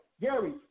Gary